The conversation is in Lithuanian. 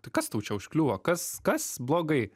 tai kas tau čia užkliuvo kas kas blogai